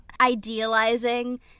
idealizing